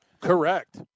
Correct